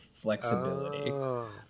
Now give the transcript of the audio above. flexibility